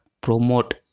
promote